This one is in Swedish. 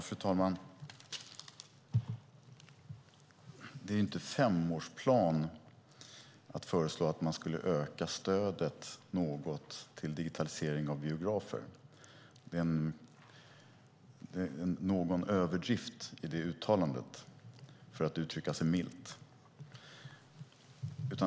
Fru talman! Det är inte en femårsplan att föreslå att man ska öka stödet något till digitalisering av biografer. Det är en viss överdrift i det uttalandet, för att uttrycka sig milt.